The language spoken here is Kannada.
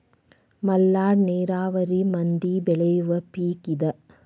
ಮಲ್ನಾಡ ನೇರಾವರಿ ಮಂದಿ ಬೆಳಿಯುವ ಪಿಕ್ ಇದ